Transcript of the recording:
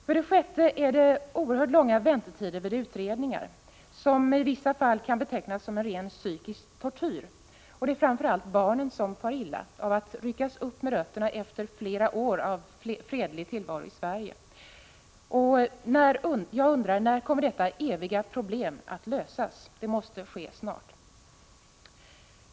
För det sjätte är väntetiderna vid utredningar oerhört långa och kan i vissa fall betecknas som en rent psykisk tortyr. Det är framför allt barnen som far illa av att ryckas upp med rötterna efter flera år av fredlig tillvaro i Sverige. När kommer detta eviga problem att lösas? Det måste ske snart.